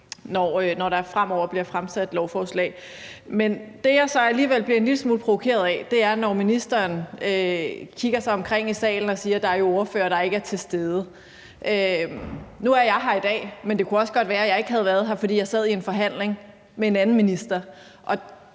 når der fremover bliver fremsat lovforslag. Det, som jeg så alligevel bliver en lille smule provokeret af, er, når ministeren kigger sig omkring i salen og siger, at der jo er ordførere, der ikke er til stede. Nu er jeg her i dag, men det kunne også godt være, at jeg ikke havde været her, fordi jeg sad i en forhandling med en anden minister.